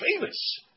famous